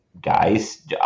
guys